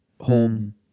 home